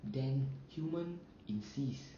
than human exists